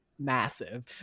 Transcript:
massive